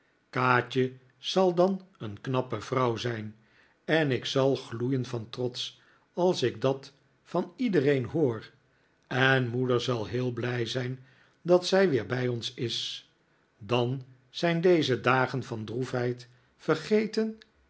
kaatje zal dan een knappe vrouw zijn en ik zal gloeien van trots als ik dat van iedereen hoor en moeder zal heel blij zijn dat zij weer bij ons is dan zijn deze dagen van droefheid vergeten